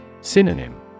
Synonym